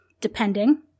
depending